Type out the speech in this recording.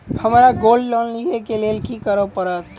हमरा gold loan लिय केँ लेल की करऽ पड़त?